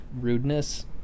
rudeness